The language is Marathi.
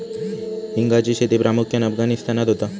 हिंगाची शेती प्रामुख्यान अफगाणिस्तानात होता